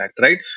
right